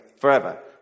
forever